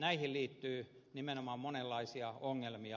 heihin liittyy nimenomaan monenlaisia ongelmia